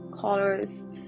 colors